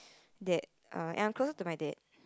that err and I'm closer to my dad